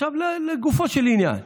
עכשיו לגופו של עניין.